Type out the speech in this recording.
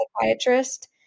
psychiatrist